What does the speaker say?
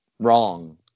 Wrong